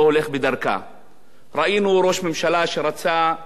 ראינו ראש ממשלה שרצה שאובמה ילך על ארבע,